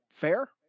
Fair